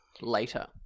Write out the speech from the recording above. later